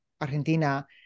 Argentina